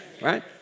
Right